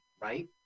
right